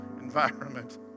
environment